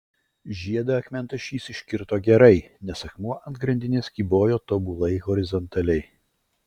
žiedą akmentašys iškirto gerai nes akmuo ant grandinės kybojo tobulai horizontaliai